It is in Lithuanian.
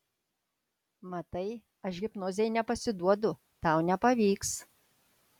matai aš hipnozei nepasiduodu tau nepavyks